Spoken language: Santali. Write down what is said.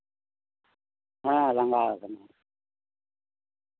ᱦᱮᱸ ᱞᱟᱸᱜᱟ ᱟᱠᱟᱱᱟᱭ